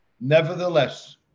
Nevertheless